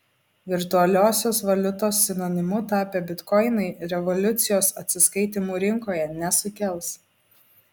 virtualiosios valiutos sinonimu tapę bitkoinai revoliucijos atsiskaitymų rinkoje nesukels